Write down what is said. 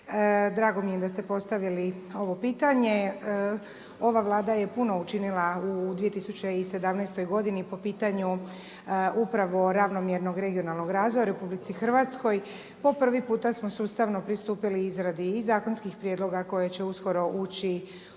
Drago mi je da ste postavili ovo pitanje. ova Vlada je puno učinila u 2017. godini po pitanju upravo ravnomjernog regionalnog razvoja u RH. Po prvi puta smo sustavno pristupili izradi i zakonskih prijedloga koje će uskoro ući